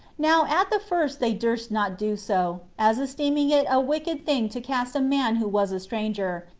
now at the first they durst not do so, as esteeming it a wicked thing to cast a man who was a stranger,